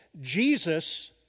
Jesus